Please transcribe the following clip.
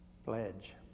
pledge